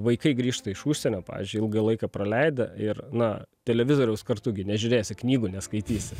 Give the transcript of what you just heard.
vaikai grįžta iš užsienio pavyzdžiui ilgą laiką praleidę ir na televizoriaus kartu gi nežiūrėsi knygų neskaitysi